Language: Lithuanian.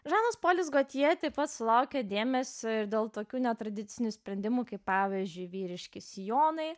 žanas polis gotje pats sulaukė dėmesio ir dėl tokių netradicinių sprendimų kaip pavyzdžiui vyriški sijonai